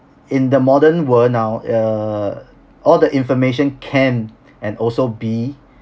in the modern world now err all the information can and also be